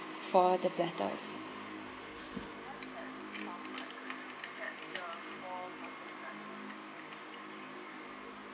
for the platters